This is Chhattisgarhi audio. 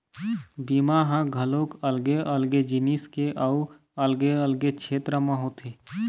बीमा ह घलोक अलगे अलगे जिनिस के अउ अलगे अलगे छेत्र म होथे